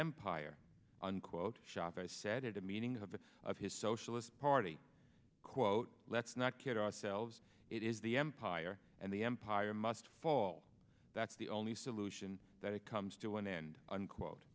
empire unquote shoppers said at a meeting of the of his socialist party quote let's not kid ourselves it is the empire and the empire must fall that's the only solution that it comes to an end unquote